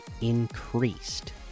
increased